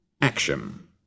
action